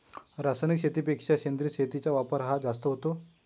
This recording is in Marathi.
रासायनिक शेतीपेक्षा सेंद्रिय शेतीचा वापर हा जास्त होतो